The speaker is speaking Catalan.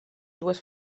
dues